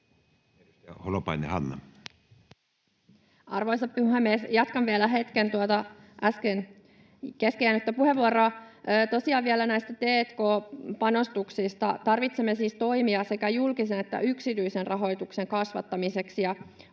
19:37 Content: Arvoisa puhemies! Jatkan vielä hetken tuota äsken kesken jäänyttä puheenvuoroa. Tosiaan vielä näistä t&k-panostuksista. Tarvitsemme siis toimia sekä julkisen että yksityisen rahoituksen kasvattamiseksi,